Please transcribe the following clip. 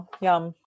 Yum